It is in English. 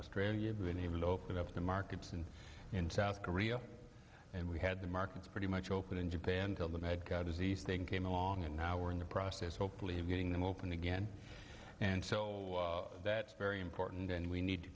australia been able open up the markets and in south korea and we had the markets pretty much open in japan till the mad cow disease thing came along and now we're in the process hopefully of getting them open again and that's very important and we need to